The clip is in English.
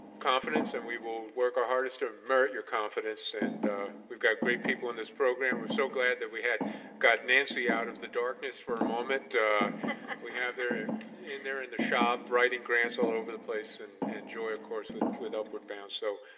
confidence and we will work our hardest to merit your confidence and we've got great people in this program and we're so glad that we had got nancy out of the darkness for a moment we have her in there in the shop writing grants all over the place and and joy of course with with upward bound, so